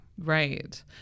Right